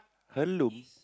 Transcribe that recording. heirloom